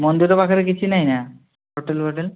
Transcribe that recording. ମନ୍ଦିର ପାଖରେ କିଛି ନାହିଁ ନା ହୋଟେଲ୍ ଫୋଟେଲ୍